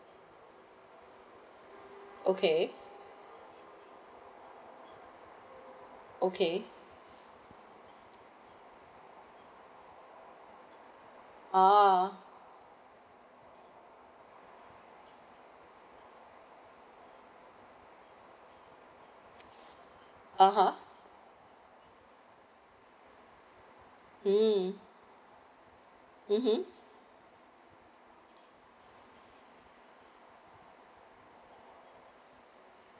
okay okay ah ah ha mm mmhmm